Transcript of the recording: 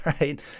right